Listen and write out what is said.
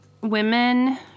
women